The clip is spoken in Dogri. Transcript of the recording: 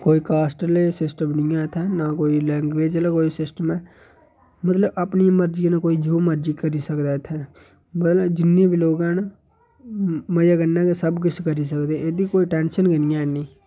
कोई कास्ट आह्ले सिस्टम निं ऐ इत्थै न कोई लैंग्वेज आह्ला कोई सिस्टम ऐ मतलब अपनी मर्जी कन्नै कोई जो मर्जी करी सकदा इत्थै मतलब जिन्ने बी लोग हैन मजे कन्नै गै सब किश करी सकदे एह्दी कोई टैंशन गै निं ऐ इन्नी